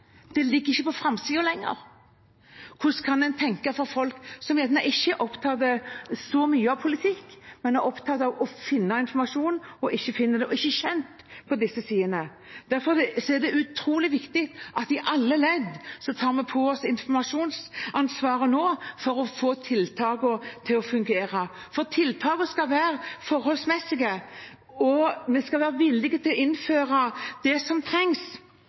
det ligger ikke på framsiden lenger. Hvordan kan en tenke det er for folk som kanskje ikke er så opptatt av politikk, men som er opptatt av å finne informasjon, og som ikke finner den, som ikke er kjent på disse sidene? Derfor er det utrolig viktig at man i alle ledd tar på seg informasjonsansvar for å få tiltakene til å fungere, for tiltakene skal være forholdsmessige, og vi skal være villige til å innføre det som trengs.